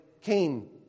Cain